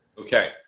Okay